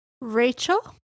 Rachel